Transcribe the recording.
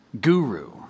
guru